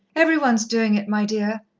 every one's doing it, my dear.